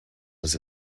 was